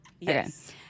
Yes